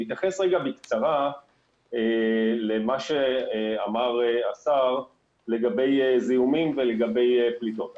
אני אתייחס בקצרה למה שאמר השר לגבי זיהומים ולגבי פליטות.